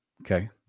Okay